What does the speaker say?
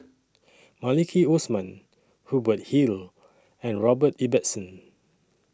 Maliki Osman Hubert Hill and Robert Ibbetson